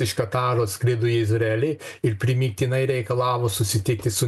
iš kataro atskrido į izraelį ir primygtinai reikalavo susitikti su